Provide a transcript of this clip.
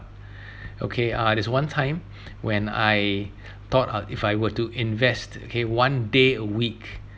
okay uh there is one time when I thought of if I were to invest okay one day a week